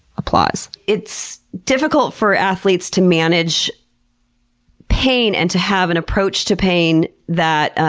applause. it's difficult for athletes to manage pain and to have an approach to pain that